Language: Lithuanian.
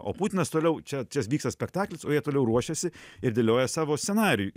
o putinas toliau čia vyksta spektaklis o jie toliau ruošiasi ir dėlioja savo scenarijų